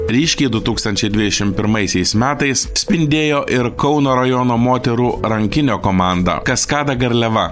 ryškiai du tūkstančiai dvidešim pirmaisiais metais spindėjo ir kauno rajono moterų rankinio komanda kaskada garliava